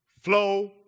flow